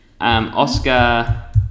Oscar